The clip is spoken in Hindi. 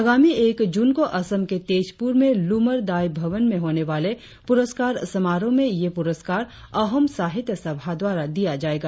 आगामी एक जून को असम के तेजपुर में लुम्मर दाइ भवन में होने वाले पुरस्कार समारोह में यह पुरस्कार अहोम साहित्य सभा द्वारा दिया जाएगा